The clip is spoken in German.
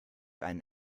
einen